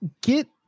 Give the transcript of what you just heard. get